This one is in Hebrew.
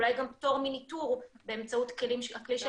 אולי גם פטור מניטור באמצעות הכלי של